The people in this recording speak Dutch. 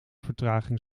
vertraging